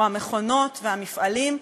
או המכונות והמפעלים,